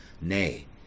nay